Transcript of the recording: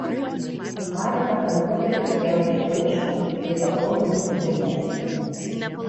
marekas ant popieriaus skiaučių paišo kaip atrodo viršūnė